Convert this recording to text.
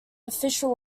official